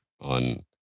on